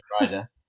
rider